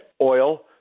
oil